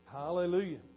hallelujah